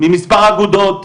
ממספר אגודות,